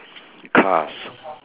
cars